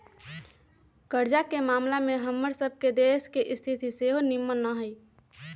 कर्जा के ममला में हमर सभ के देश के स्थिति सेहो निम्मन न हइ